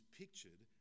pictured